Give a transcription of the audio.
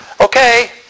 okay